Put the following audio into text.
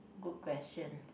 good question